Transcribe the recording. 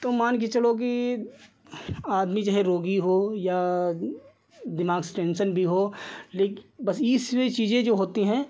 तो मानकर चलो कि आदमी जो है रोगी हो या दिमाग में टेन्शन भी हो लेकिन बस इसमें चीज़ें जो होती हैं